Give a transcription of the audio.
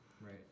Right